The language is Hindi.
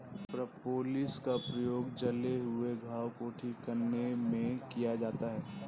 प्रोपोलिस का प्रयोग जले हुए घाव को ठीक करने में किया जाता है